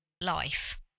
life